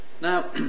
Now